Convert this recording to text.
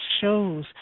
shows